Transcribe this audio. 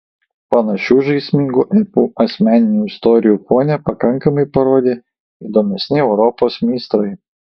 panašių žaismingų epų asmeninių istorijų fone pakankamai parodė įdomesni europos meistrai